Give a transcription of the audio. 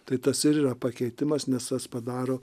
tai tas ir yra pakeitimas nes tas padaro